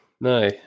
No